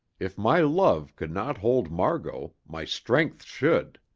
if my love could not hold margot, my strength should.